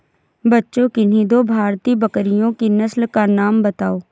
बच्चों किन्ही दो भारतीय बकरियों की नस्ल का नाम बताओ?